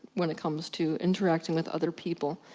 when it comes to interacting with other people.